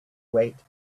wait